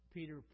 Peter